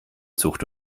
zucht